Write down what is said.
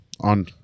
On